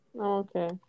Okay